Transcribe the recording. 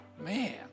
Man